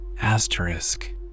Asterisk